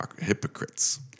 hypocrites